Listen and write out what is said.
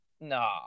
No